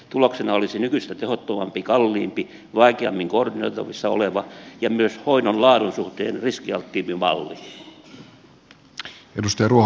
tuloksena olisi nykyistä tehottomampi kalliimpi vaikeammin koordinoitavissa oleva ja myös hoidon laadun suhteen riskialttiimpi malli